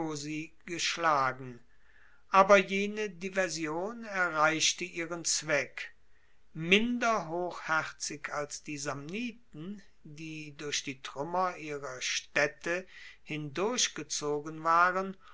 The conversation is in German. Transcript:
geschlagen aber jene diversion erreichte ihren zweck minder hochherzig als die samniten die durch die truemmer ihrer staedte hindurchgezogen waren